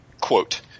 Quote